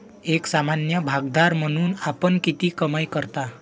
एक सामान्य भागधारक म्हणून आपण किती कमाई करता?